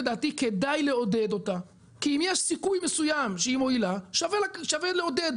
לדעתי כדאי לעודד אותה כי אם יש סיכוי מסוים שהיא מובילה שווה לעודד,